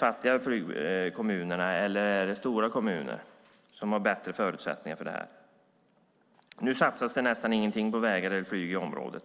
fattiga kommunerna eller är det de stora kommunerna som har bäst förutsättningar för detta? Nu satsas nästan ingenting på vägar eller flyg i området.